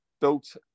built